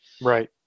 right